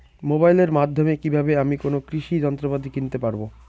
মোবাইলের মাধ্যমে কীভাবে আমি কোনো কৃষি যন্ত্রপাতি কিনতে পারবো?